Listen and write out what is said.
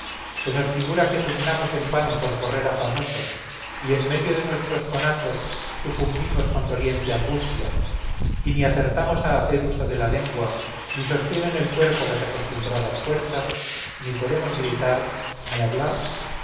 se nos figura que pugnamos en vano por correr afanosos y en medio de nuestros conatos sucumbimos con doliente angustia y ni acertamos a hacer uso de la lengua ni sostienen el cuerpo las acostumbradas fuerzas ni podemos gritar ni hablar